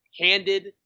handed